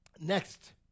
Next